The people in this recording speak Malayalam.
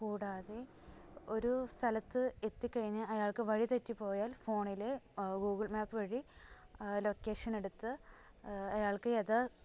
കൂടാതെ ഒരു സ്ഥലത്ത് എത്തിക്കഴിഞ്ഞ് അയാൾക്ക് വഴി തെറ്റിപ്പോയാൽ ഫോണിൽ ഗൂഗിൾ മാപ്പ് വഴി ലൊക്കേഷനടുത്ത് അയാൾക്ക് ഏത്